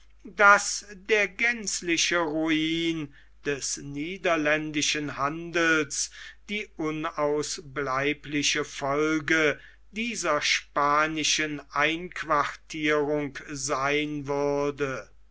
daß der gänzliche ruin des niederländischen handels die unausbleibliche folge dieser spanischen einquartierung sein würde